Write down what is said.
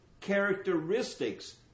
characteristics